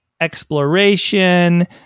exploration